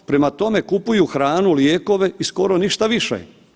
Prema tome, kupuju hranu, lijekove i skoro ništa više.